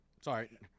Sorry